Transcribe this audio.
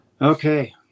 Okay